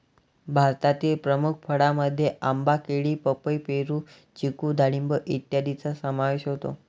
भारतातील प्रमुख फळांमध्ये आंबा, केळी, पपई, पेरू, चिकू डाळिंब इत्यादींचा समावेश होतो